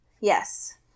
Yes